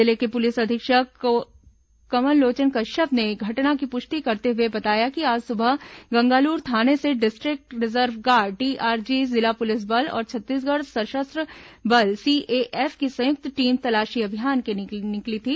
जिले के पुलिस अधीक्षक कमलोचन कश्यप ने घटना की पुष्टि करते हुए बताया कि आज सुबह गंगालूर थाने से डिस्ट्रिक्ट रिजर्व गार्ड डीआरजी जिला पुलिस बल और छत्तीसगढ़ सशस्त्र बल सीएएफ की संयुक्त टीम तलाशी अभियान के लिए निकली थी